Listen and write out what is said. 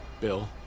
Bill